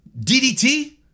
DDT